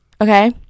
Okay